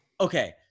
Okay